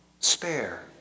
spare